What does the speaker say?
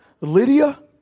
Lydia